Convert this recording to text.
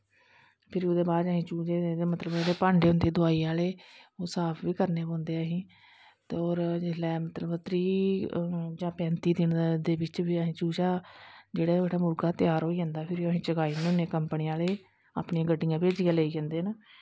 फिर ओह्दे बाद चूचे ते भांडे होंदे दवाई आह्ले ओह् साफ बी करनें पौंदे असैं और फ्ही बत्ती जां पैंती दिन दे अन्दर अस चूचा मुर्गा जेह्ड़ा त्यार होई जंदा फिर अस चकाई जन्नें होनें मुर्गा अपनी गड्डियां पाईयै लेई जंदे न